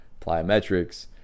plyometrics